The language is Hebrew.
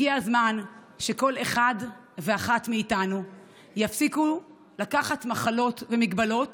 הגיע הזמן שכל אחד ואחת מאיתנו יפסיק לקחת מחלות ומגבלות